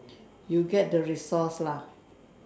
you get the resource lah